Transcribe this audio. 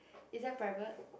it's that private